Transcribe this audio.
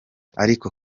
ariko